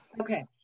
Okay